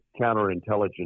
counterintelligence